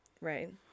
Right